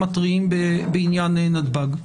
מתריעים בעניין נתב"ג.